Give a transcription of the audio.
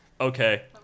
Okay